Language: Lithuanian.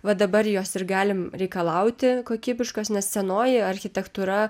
va dabar jos ir galim reikalauti kokybiškos nes senoji architektūra